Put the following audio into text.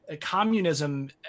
Communism